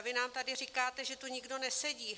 Vy nám tady říkáte, že tu nikdo nesedí.